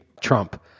Trump